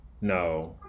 no